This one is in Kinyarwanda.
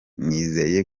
nizeye